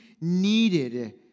needed